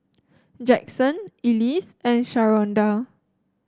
Jaxson Elise and Sharonda